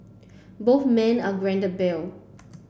both men are granted bail